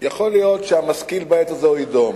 יכול להיות שהמשכיל בעת הזו יידום.